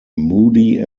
moody